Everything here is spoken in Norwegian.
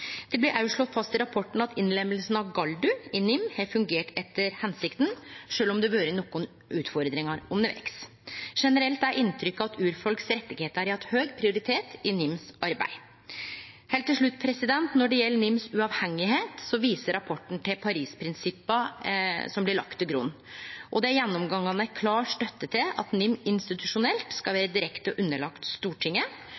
Det blir òg slått fast i rapporten at innlemminga av Gáldu i NIM har fungert etter hensikta, sjølv om det har vore nokre utfordringar undervegs. Generelt er inntrykket at rettane til urfolk har hatt høg prioritet i NIMs arbeid. Heilt til slutt: Når det gjeld NIMs uavhengigheit, viser rapporten til Paris-prinsippa som blei lagde til grunn. Det er gjennomgåande klar støtte til at NIM institusjonelt skal